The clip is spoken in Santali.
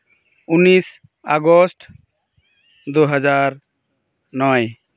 ᱩᱱᱤᱥ ᱟᱜᱚᱥᱴ ᱫᱩᱦᱟᱡᱟᱨ ᱱᱚᱭ